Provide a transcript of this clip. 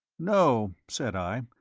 no, said i,